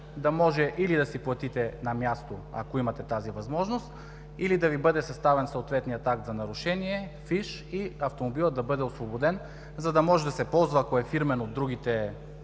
да може или да си платите на място, ако имате тази възможност, или да Ви бъде съставен съответният акт за нарушение – фиш, и автомобилът да бъде освободен, за да може да се ползва, ако е фирмен – от другите